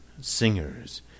singers